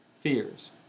fears